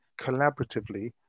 collaboratively